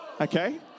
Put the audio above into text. okay